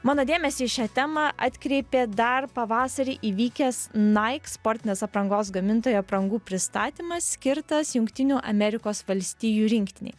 mano dėmesį į šią temą atkreipė dar pavasarį įvykęs nike sportinės aprangos gamintojo aprangų pristatymas skirtas jungtinių amerikos valstijų rinktinei